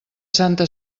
santa